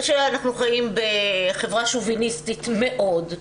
אנחנו חיים בחברה שוביניסטית מאוד,